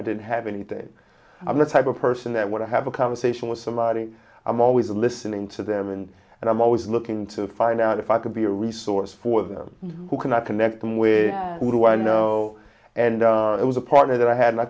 i didn't have anything i'm the type of person that would have a conversation with somebody i'm always listening to them and i'm always looking to find out if i could be a resource for them who cannot connect them with who i know and it was a part of that i had